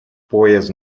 поезд